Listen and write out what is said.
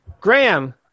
Graham